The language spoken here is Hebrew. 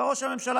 ראש הממשלה